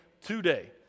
today